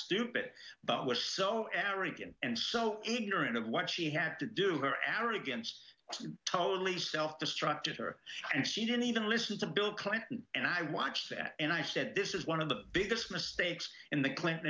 stupid but was so arrogant and so ignorant of what she had to do her arrah gets totally self destructed her and she didn't even listen to bill clinton and i watched that and i said this is one of the biggest mistakes in the clinton